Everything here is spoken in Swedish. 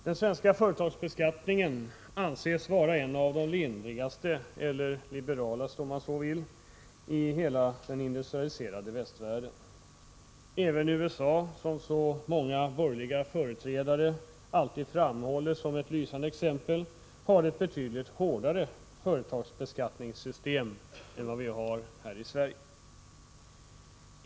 Den svenska företagsbeskattningen anses vara en av de lindrigaste — eller liberalaste, om man så vill — i hela den industrialiserade västvärlden. Även USA, som så många borgerliga företrädare alltid framhåller som ett lysande exempel på skatteområdet, har ett betydligt hårdare företagsbeskattningssystem än vi har här i Sverige.